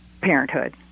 parenthood